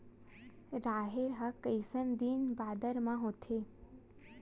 राहेर ह कइसन दिन बादर म होथे?